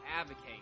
advocate